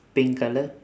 pink colour